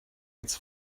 its